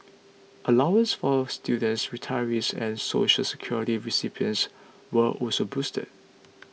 allowances for students retirees and Social Security recipients were also boosted